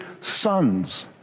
sons